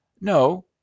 No